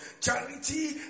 Charity